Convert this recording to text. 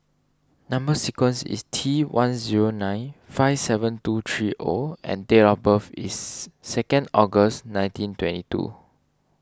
Number Sequence is T one zero nine five seven two three O and date of birth is second August nineteen twenty two